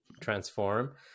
transform